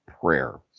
prayer